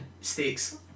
steaks